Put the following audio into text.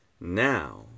Now